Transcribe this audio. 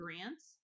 grants